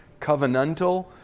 covenantal